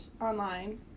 online